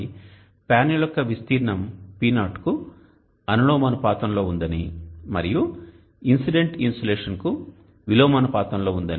కాబట్టి ప్యానెల్ యొక్క విస్తీర్ణం P0 కు అనులోమానుపాతంలో ఉందని మరియు ఇన్సిడెంట్ ఇన్సోలేషన్కు విలోమానుపాతంలో